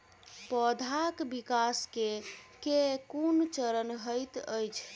पौधाक विकास केँ केँ कुन चरण हएत अछि?